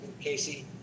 Casey